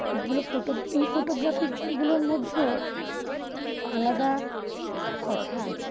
এগুলো ফটো এই ফটোগ্রাফিগুলোর মধ্যেও আলাদা কথা আছে